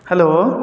hello